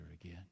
again